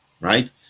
right